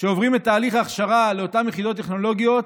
העוברים את תהליך ההכשרה לאותן יחידות טכנולוגיות,